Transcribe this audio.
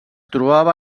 trobava